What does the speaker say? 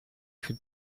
più